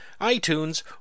iTunes